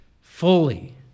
fully